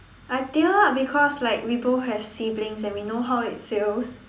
I teared up because like we both have siblings and we know how it feels